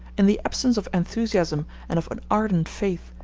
in the absence of enthusiasm and of an ardent faith,